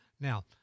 Now